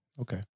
okay